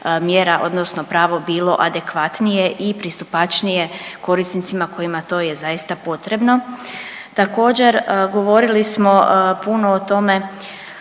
odnosno pravo bilo adekvatnije i pristupačnije korisnicima kojima to je zaista potrebno. Također govorili smo puno o tome